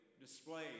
displayed